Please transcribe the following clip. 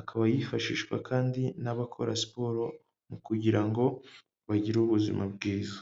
akaba yifashishwa kandi n'abakora siporo, mu kugira ngo bagire ubuzima bwiza.